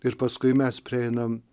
ir paskui mes prieinam